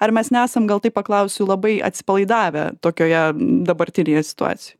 ar mes nesam gal taip paklausiu labai atsipalaidavę tokioje dabartinėje situacijoj